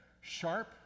Sharp